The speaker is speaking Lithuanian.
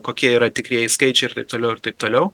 kokie yra tikrieji skaičiai ir taip toliau ir taip toliau